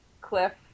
Cliff